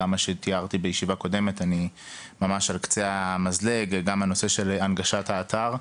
כמו שתיארתי בישיבה הקודמת ממש על קצה המזלג גם הנושא של הנגשת האתר,